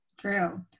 true